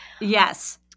Yes